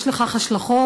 יש לכך השלכות,